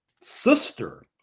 sister